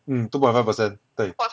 mm two point five percent 对